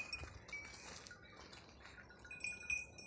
NBF ಸಂಸ್ಥಾ ಸಾಲಾ ಕೊಡ್ತಾವಾ?